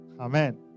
Amen